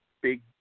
big